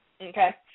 Okay